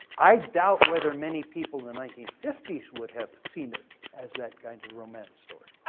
i doubt whether many people in the nineteen fifty s would have seen it as that kind of romance story.